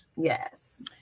Yes